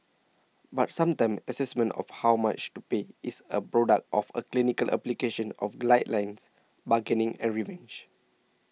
but sometimes assessments of how much to pay is a product of a clinical application of guidelines bargaining and revenge